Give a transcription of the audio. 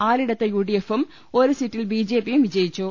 ആറിടത്ത് യു ഡി എഫും ഒരു സീറ്റിൽ ബി ജെ പിയും വിജയിച്ചു